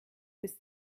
bis